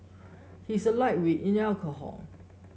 he is a lightweight in alcohol